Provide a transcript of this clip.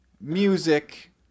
music